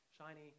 shiny